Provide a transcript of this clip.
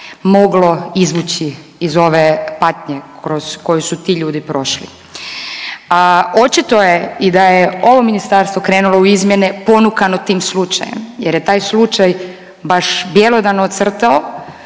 moglo izvući iz ove patnje kroz koju su ti ljudi prošli. A očito je i da je ovo ministarstvo krenulo u izmjene ponukano tim slučajem jer je taj slučaj baš bjelodano ocrtao